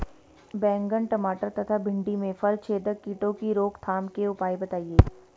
बैंगन टमाटर तथा भिन्डी में फलछेदक कीटों की रोकथाम के उपाय बताइए?